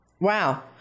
Wow